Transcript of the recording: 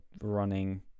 running